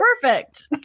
perfect